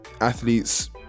athletes